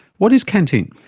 what is canteen?